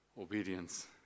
obedience